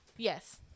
Yes